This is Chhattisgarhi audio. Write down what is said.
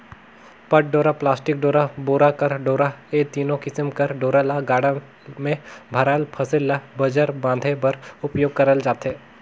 पट डोरा, पलास्टिक डोरा, बोरी कर डोरा ए तीनो किसिम कर डोरा ल गाड़ा मे भराल फसिल ल बंजर बांधे बर उपियोग करल जाथे